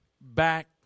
back